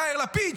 יאיר לפיד,